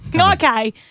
Okay